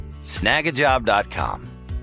snagajob.com